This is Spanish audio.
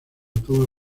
toma